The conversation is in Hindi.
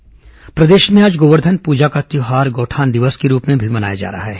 गौठान दिवस प्रदेश में आज गोवर्धन पूजा का तिहार गौठान दिवस के रूप में मनाया जा रहा है